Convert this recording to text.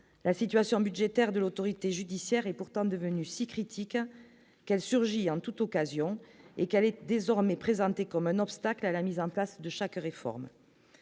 la situation budgétaire de l'autorité judiciaire est pourtant devenue si critique qu'elle surgit en toute occasion et qu'elle est désormais présenté comme un obstacle à la mise en place de chaque réforme,